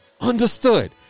understood